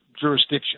jurisdiction